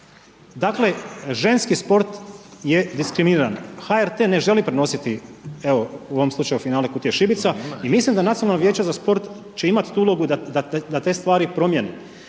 Dakle, ženski sport je diskriminiran, HRT ne želi prenositi evo u ovom slučaju finale Kutije šibica i mislim da Nacionalno vijeće za sport će imati tu da te stvari promijeni.